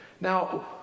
Now